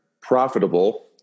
profitable